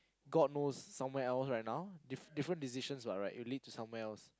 god knows somewhere else right now diff~ different decisions what right it'll lead to somewhere else